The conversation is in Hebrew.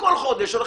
וכל חודש הולך,